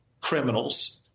criminals